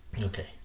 Okay